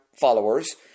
followers